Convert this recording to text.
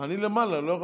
סיימת?